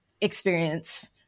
experience